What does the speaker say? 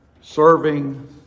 serving